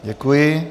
Děkuji.